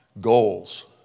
goals